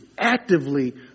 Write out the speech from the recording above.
actively